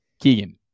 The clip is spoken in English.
Keegan